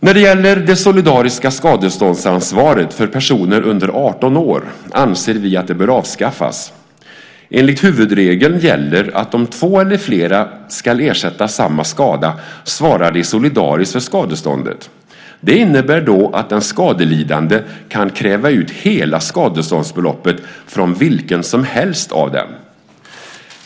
När det gäller det solidariska skadeståndsansvaret för personer under 18 år anser vi att det bör avskaffas. Enligt huvudregeln gäller att om två eller flera ska ersätta samma skada svarar de solidariskt för skadeståndet. Det innebär att den skadelidande kan kräva ut hela skadeståndsbeloppet från vilken som helst av dem.